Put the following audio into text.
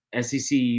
SEC